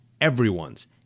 everyone's